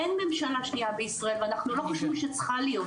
אין ממשלה שנייה בישראל ואנחנו לא חושבים שצריכה להיות,